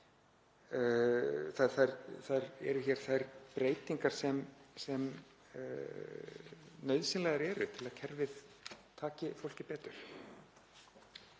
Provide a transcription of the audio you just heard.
Þær eru þær breytingar sem nauðsynlegar eru til að kerfið taki fólki betur.